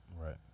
Right